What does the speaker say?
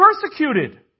persecuted